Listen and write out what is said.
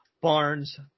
Barnes